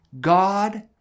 God